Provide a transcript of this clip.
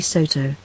Soto